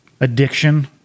Addiction